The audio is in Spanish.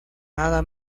nada